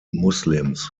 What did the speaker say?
muslims